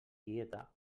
quieta